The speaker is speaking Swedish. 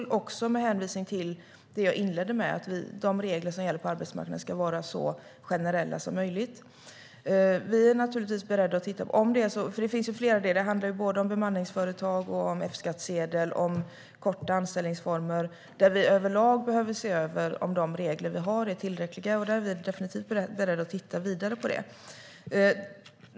Det är också med hänvisning till det jag inledde med. De regler som gäller på arbetsmarknaden ska vara så generella som möjligt. Det finns flera idéer. Det handlar om bemanningsföretag, F-skattsedel och korta anställningsformer. Vi behöver överlag se över om de regler vi har är tillräckliga. Vi är definitivt beredda att titta vidare på det.